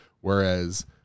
whereas